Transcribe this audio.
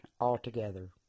altogether